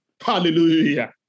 Hallelujah